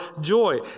joy